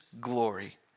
glory